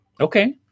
Okay